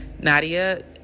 nadia